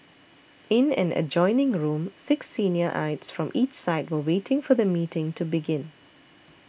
in an adjoining room six senior aides from each side were waiting for the meeting to begin